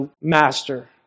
Master